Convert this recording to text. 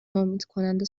ناامیدکننده